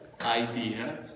idea